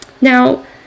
Now